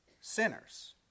sinners